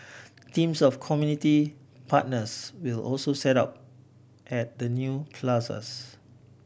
teams of community partners will also set up at the new plazas